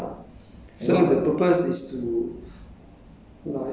like save them ah put them in monastery and stuff like that ah